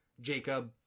Jacob